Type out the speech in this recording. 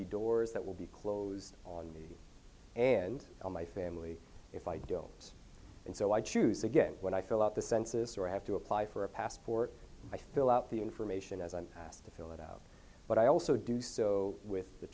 be doors that will be closed on me and my family if i do it and so i choose again when i fill out the census or have to apply for a passport i fill out the information as i'm asked to fill it out but i also do so with the